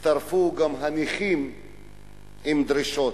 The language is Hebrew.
הצטרפו גם הנכים עם דרישות.